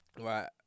Right